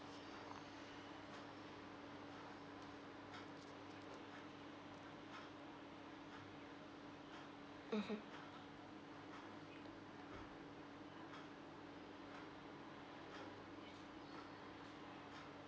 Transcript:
mmhmm